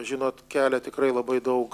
žinot kelia tikrai labai daug